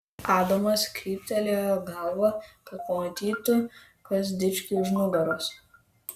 adamas kryptelėjo galvą kad pamatytų kas dičkiui už nugaros